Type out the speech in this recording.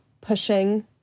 pushing